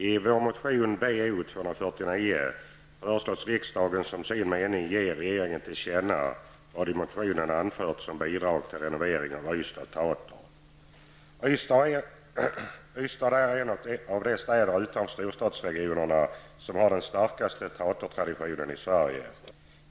I vår motion Bo249 föreslås riksdagen som sin mening ge regeringen till känna vad i motionen anförts om bidrag till renovering av Ystad är en av de städer utanför storstadsregionerna som har den starkaste teatertraditionen i Sverige.